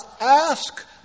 ask